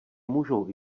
můžou